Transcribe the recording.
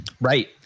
Right